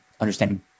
understanding